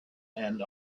and